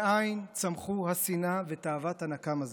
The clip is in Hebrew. מאין צמחו השנאה ותאוות הנקם הזו?